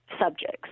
subjects